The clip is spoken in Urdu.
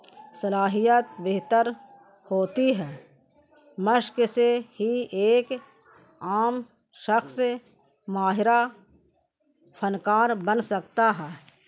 صلاحیت بہتر ہوتی ہے مشق سے ہی ایک عام شخص ماہرہ فنکار بن سکتا ہے